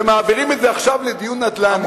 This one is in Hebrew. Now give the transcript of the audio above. ומעבירים את זה עכשיו לדיון נדל"ני.